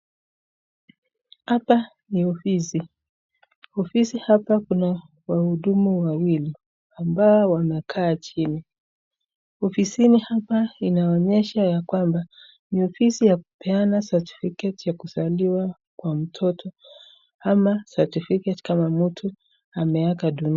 Hapa ni ofisi, ofisi hapa kuna wahudumu wa wawili ambao wanakaa chini, ofisini hapa inaonyesha ya kwamba ni ofisi inayopeana certificate ya kuzaliwa kwa mtoto ama certificate kama mtu ameaga dunia.